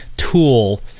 tool